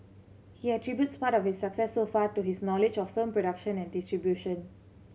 he attributes part of its success so far to his knowledge of film production and distribution